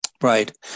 Right